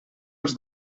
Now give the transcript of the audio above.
els